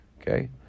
Okay